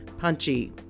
punchy